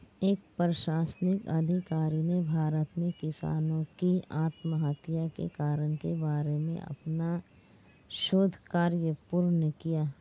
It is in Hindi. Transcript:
एक प्रशासनिक अधिकारी ने भारत में किसानों की आत्महत्या के कारण के बारे में अपना शोध कार्य पूर्ण किया